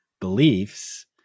beliefs